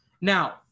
Now